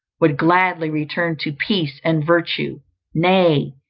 would gladly return to peace and virtue nay,